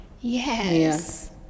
Yes